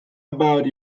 about